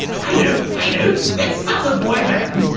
i know! i know! let's start a boy-band!